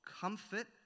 comfort